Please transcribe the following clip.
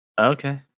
Okay